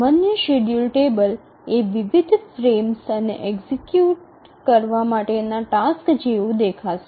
સામાન્ય schedule table એ વિવિધ ફ્રેમ્સ અને એક્ઝિક્યુટ કરવા માટેના ટાસક્સ જેવું દેખાશે